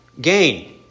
gain